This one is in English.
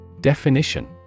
Definition